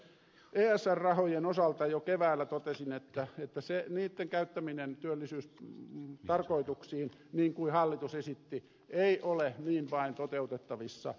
esr rahojen osalta jo keväällä totesin että niitten käyttäminen työllisyystarkoituksiin niin kuin hallitus esitti ei ole niin vain toteutettavissa